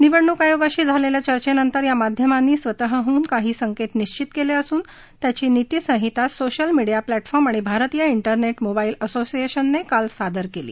निवडणूक आयोगाशी झालेल्या चर्चेनंतर या माध्यमांनी स्वतःहून काही संकेत निश्वित केले असून त्याची नीती संहिताच सोशल मिडीया प्लष्फार्म आणि भारतीय तेरनेट मोबाईल असोशिएशनने काल सादर केली